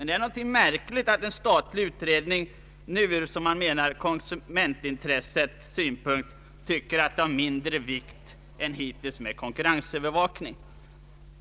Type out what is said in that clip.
Det är märkligt att en statlig utred ning nu från, som man menar, konsumentintressets synpunkt tycker att det är av mindre vikt än hittills med konkurrensövervakning.